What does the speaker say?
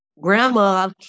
grandma